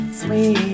sweet